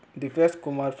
Dipesh Kumar